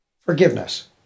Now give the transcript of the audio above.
Forgiveness